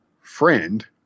friend